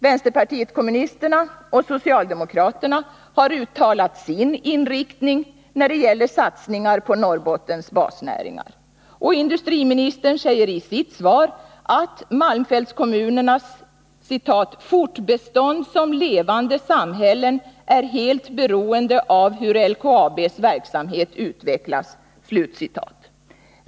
Vänsterpartiet kommunisterna och socialdemokraterna har uttalat sin inriktning på satsningar på Norrbottens basnäringar. Industriministern säger i sitt svar att malmfältskommunernas ”fortbestånd som levande samhällen är helt beroende av hur LKAB:s verksamhet utvecklas”.